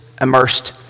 immersed